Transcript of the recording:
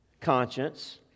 conscience